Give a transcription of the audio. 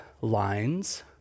lines